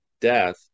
death